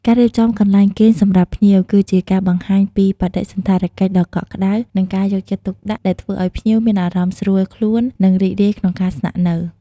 ការរៀបចំកន្លែងគេងសម្រាប់ភ្ញៀវ គឺជាការបង្ហាញពីបដិសណ្ឋារកិច្ចដ៏កក់ក្តៅ និងយកចិត្តទុកដាក់ ដែលធ្វើឲ្យភ្ញៀវមានអារម្មណ៍ស្រួលខ្លួន និងរីករាយក្នុងការស្នាក់នៅ។